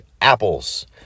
apples